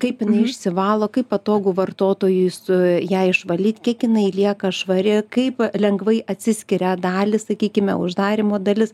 kaip jinai išsivalo kaip patogu vartotojui su ją išvalyt kiek jinai lieka švari kaip lengvai atsiskiria dalys sakykime uždarymo dalis